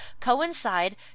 coincide